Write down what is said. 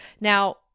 Now